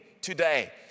today